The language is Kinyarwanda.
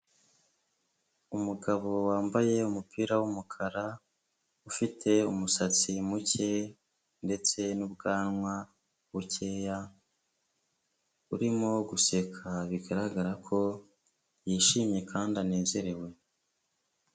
Umugabo wambaye umupira w'umukara ufite umusatsi muke ndetse n'ubwanwa bukeya, urimo guseka, bigaragara ko yishimye kandi anezerewe.